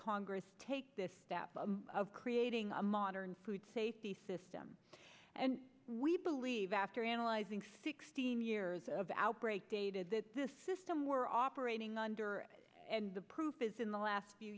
congress take this step of creating a modern food safety system and we believe after analyzing sixteen years of outbreak data that this system we're operating under the proof is in the last few